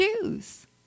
choose